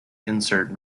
insert